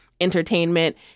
entertainment